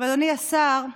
אדוני השר,